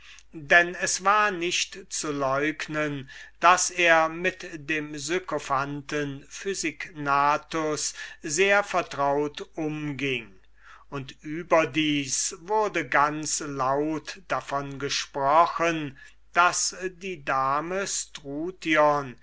denn es war nicht zu leugnen daß er mit dem sykophanten physignatus sehr vertraut umging und überdies wurde ganz laut davon gesprochen daß die dame